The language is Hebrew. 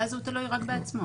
אז הוא תלוי רק בעצמו.